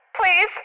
Please